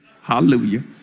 Hallelujah